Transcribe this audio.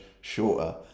shorter